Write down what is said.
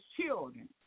children